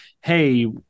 Hey